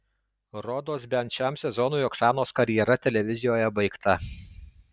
rodos bent šiam sezonui oksanos karjera televizijoje baigta